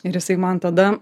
ir jisai man tada